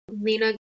Lena